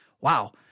Wow